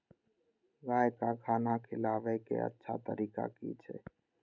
गाय का खाना खिलाबे के अच्छा तरीका की छे?